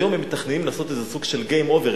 היום הם מתכננים לעשות איזה סוג של game over,